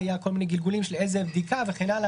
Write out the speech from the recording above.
היו כל מיני גלגולים של איזה בדיקה וכן הלאה,